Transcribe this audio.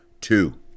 Two